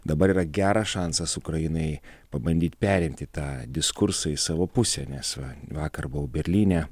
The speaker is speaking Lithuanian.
dabar yra geras šansas ukrainai pabandyt perimti tą diskursą į savo pusę nes va vakar buvau berlyne